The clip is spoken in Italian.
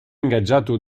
ingaggiato